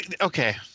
okay